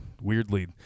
weirdly